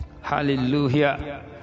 hallelujah